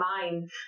mind